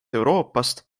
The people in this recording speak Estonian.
euroopast